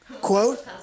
Quote